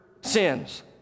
sins